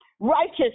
Righteous